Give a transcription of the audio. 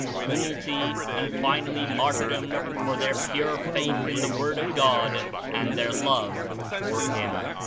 cruelty and finally martyrdom for their pure faith in the word of god and their love for him.